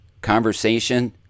conversation